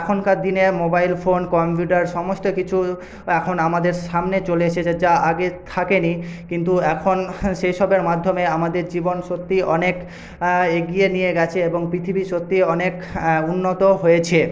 এখনকার দিনে mobile phone computer সমস্ত কিছু এখন আমাদের সামনে চলে এসেছে যা আগে থাকে নি কিন্তু এখন সেসবের মাধ্যমে আমাদের জীবন সত্যি অনেক এগিয়ে নিয়ে গেছে এবং পৃথিবী সত্যি অনেক উন্নত হয়েছে